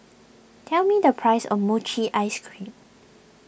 tell me the price of Mochi Ice Cream